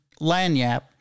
Lanyap